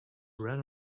ran